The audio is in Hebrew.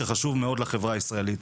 שהוא חשוב מאוד לחברה הישראלית.